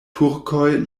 turkoj